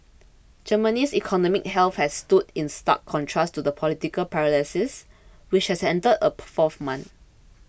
Germany's economic health has stood in stark contrast to the political paralysis which has entered a fourth month